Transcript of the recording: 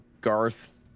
Garth